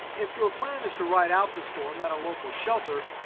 if your plan is to ride out the storm at a local shelter,